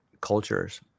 cultures